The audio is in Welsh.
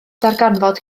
darganfod